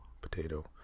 potato